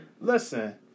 Listen